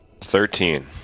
Thirteen